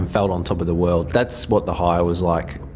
felt on top of the world. that's what the high was like.